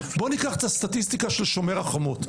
בואו ניקח את הסטטיסטיקה של שומר החומות.